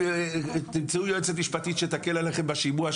תמצאו יועצת משפטית שתקל עליכם בשימוע,